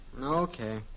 Okay